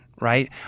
right